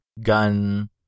gun